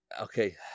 Okay